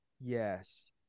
yes